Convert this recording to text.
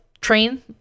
train